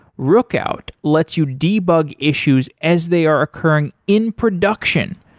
rookout lets you debug issues as they are occurring in production.